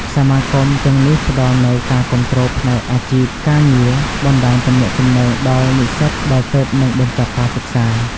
សមាគមទាំងនេះផ្ដល់នូវការគាំទ្រផ្នែកអាជីពការងារ បណ្តាញទំនាក់ទំនងដល់និស្សិតដែលទើបនឹងបញ្ចប់ការសិក្សា។